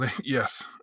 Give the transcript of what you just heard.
Yes